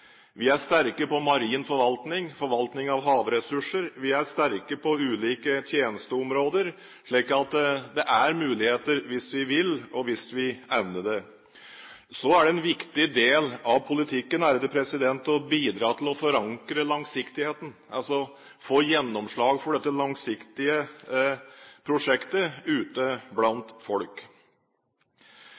vi står framfor. Vi er sterke på marin forvaltning og forvaltning av havressurser. Vi er sterke på ulike tjenesteområder. Så det er muligheter hvis vi vil, og hvis vi evner det. Så er det en viktig del av politikken å bidra til å forankre langsiktigheten, altså få gjennomslag for dette langsiktige prosjektet ute blant folk.